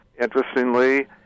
Interestingly